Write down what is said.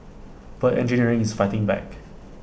but engineering is fighting back